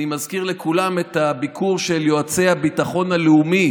אני מזכיר לכולם את הביקור של יועצי הביטחון הלאומי